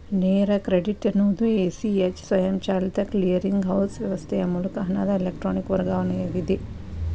ನೇರ ಕ್ರೆಡಿಟ್ ಎನ್ನುವುದು A, C, H ಸ್ವಯಂಚಾಲಿತ ಕ್ಲಿಯರಿಂಗ್ ಹೌಸ್ ವ್ಯವಸ್ಥೆಯ ಮೂಲಕ ಹಣದ ಎಲೆಕ್ಟ್ರಾನಿಕ್ ವರ್ಗಾವಣೆಯಾಗಿದೆ